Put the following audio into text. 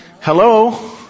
hello